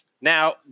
Now